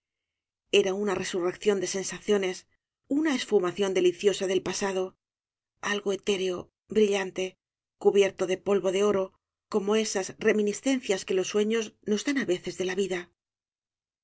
era una resurrección de sensaciones una esfumación deliciosa del pasado algo etéreo brillante cubierto de polvo de oro como esas reminiscencias que los sueños nos dan á veces de la vida